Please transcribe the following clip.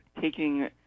taking